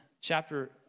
chapter